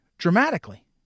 Dramatically